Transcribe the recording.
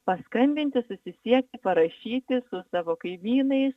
paskambinti susisiekti parašyti savo kaimynais